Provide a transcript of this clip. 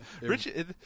Rich